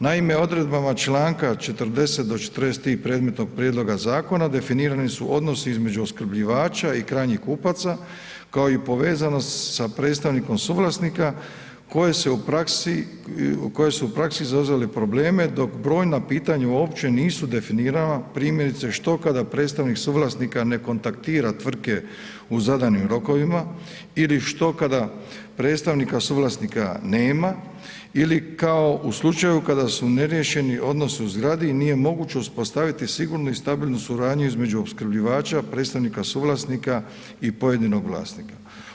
Naime, odredbama članka 40. do 43. predmetnog prijedloga zakona, definirani su odnosi između opskrbljivača i krajnjih kupaca kao i povezanost sa predstavnikom suvlasnika koji su praksi izazvali probleme dok brojna pitanja uopće nisu definirana, primjerice što kada predstavnik suvlasnika ne kontaktira tvrtke u zadanim rokovima ili što kada predstavnika suvlasnika nema ili kao u slučaju kada su neriješeni odnosi u zgradi i nije moguće uspostaviti sigurnu i stabilnu suradnju između opskrbljivača, predstavnika suvlasnika i pojedinog vlasnika.